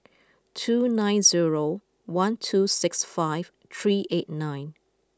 two nine zero one two six five three eight nine